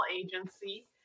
agency